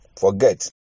forget